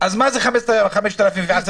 אז מה זה 5,000 ו-10,000?